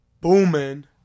Boomin